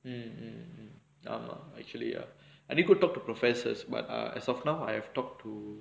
mm mm err I'm actually ah I didn't go talk to professors but as of now I have talked to